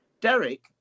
Derek